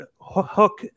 hook